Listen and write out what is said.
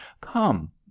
come